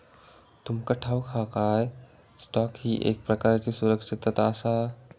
तुमका ठाऊक हा काय, स्टॉक ही एक प्रकारची सुरक्षितता आसा?